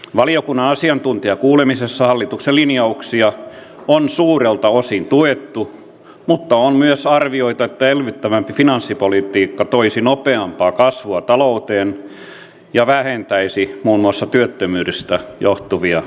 valiokunnan asiantuntijakuulemisessa hallituksen linjauksia on suurelta osin tuettu mutta on myös arvioitu että elvyttävämpi finanssipolitiikka toisi nopeampaa kasvua talouteen ja vähentäisi muun muassa työttömyydestä johtuvia menoja